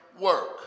work